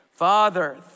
Father